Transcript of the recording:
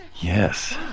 yes